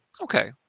okay